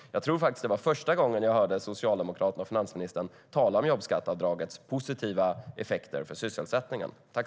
Jag tror att det var första gången jag hörde Socialdemokraterna och finansministern tala om jobbskatteavdragets positiva effekter för sysselsättningen.